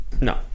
no